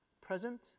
present